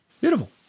Beautiful